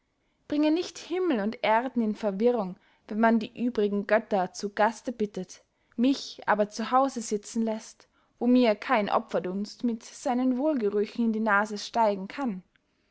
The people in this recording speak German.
bringe nicht himmel und erden in verwirrung wenn man die übrigen götter zu gaste bittet mich aber zu hause sitzen läßt wo mir kein opferdunst mit seinen wolgerüchen in die nase steigen kann